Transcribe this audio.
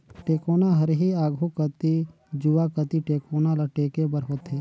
टेकोना हर ही आघु कती जुवा कती टेकोना ल टेके बर होथे